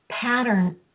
pattern